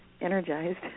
energized